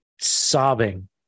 sobbing